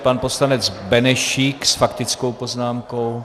Pan poslanec Benešík s faktickou poznámkou.